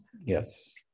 Yes